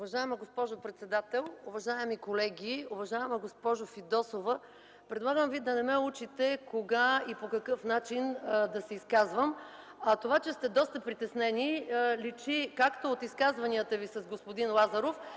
Уважаема госпожо председател, уважаеми колеги! Уважаема госпожо Фидосова, предлагам Вие да не ме учите кога и по какъв начин да се изказвам. А това, че сте доста притеснени, личи както от изказванията ви с господин Лазаров,